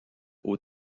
aux